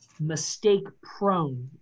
mistake-prone